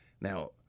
Now